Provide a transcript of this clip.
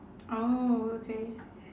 orh okay